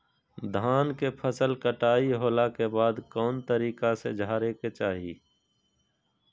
धान के फसल कटाई होला के बाद कौन तरीका से झारे के चाहि?